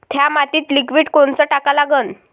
थ्या मातीत लिक्विड कोनचं टाका लागन?